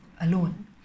alone